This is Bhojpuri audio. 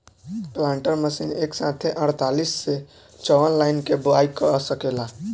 प्लांटर मशीन एक साथे अड़तालीस से चौवन लाइन के बोआई क सकेला